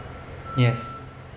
yes